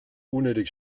unnötig